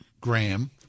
Graham